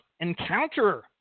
Encounter